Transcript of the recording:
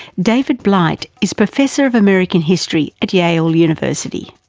david blight is professor of american history at yale university.